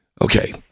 Okay